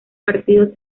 partidos